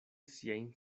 siajn